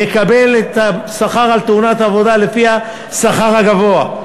יקבל את השכר על ימי תאונת העבודה לפי השכר הגבוה.